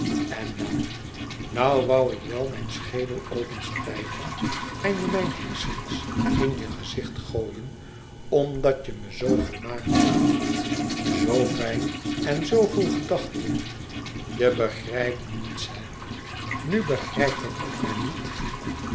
en nou nou woû ik wel mijn schedel opensplijten en je mijn hersens in je gezicht gooien omdat je me zoo gemaakt hebt zoo fijn en zoo vol gedachte je begrijpt niets hè nu begrijp dan ook maar niet